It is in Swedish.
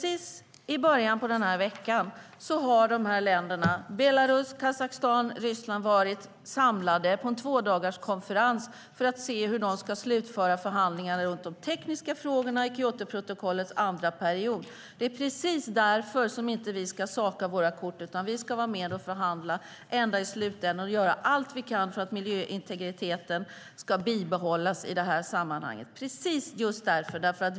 I början av veckan samlades Belarus, Kazakstan och Ryssland på en tvådagarskonferens för att se hur de ska slutföra förhandlingarna om de tekniska frågorna i Kyotoprotokollets andra period. Det är precis därför som vi inte ska saka våra kort utan vara med och förhandla till slutet och göra allt vi kan för att miljöintegriteten ska bibehållas i detta sammanhang.